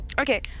Okay